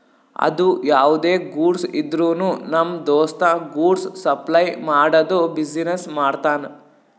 ಅದು ಯಾವ್ದೇ ಗೂಡ್ಸ್ ಇದ್ರುನು ನಮ್ ದೋಸ್ತ ಗೂಡ್ಸ್ ಸಪ್ಲೈ ಮಾಡದು ಬಿಸಿನೆಸ್ ಮಾಡ್ತಾನ್